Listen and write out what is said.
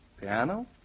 Piano